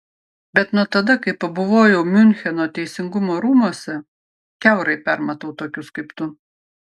bet nuo tada kai pabuvojau miuncheno teisingumo rūmuose kiaurai permatau tokius kaip tu